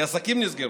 כי עסקים נסגרו.